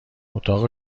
اتاق